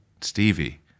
Stevie